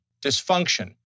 dysfunction